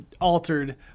altered